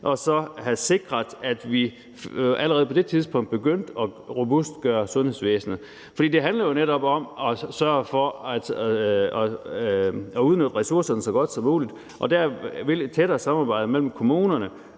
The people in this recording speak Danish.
man have sikret, at vi allerede på det tidspunkt begyndte at robustgøre sundhedsvæsenet. For det handler jo netop om at sørge for at udnytte ressourcerne så godt som muligt, og der vil et tættere samarbejde mellem kommunerne,